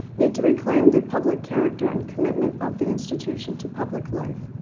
need to reclaim the public character and commitment of the institution to public life.